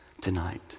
tonight